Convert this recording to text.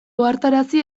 ohartarazi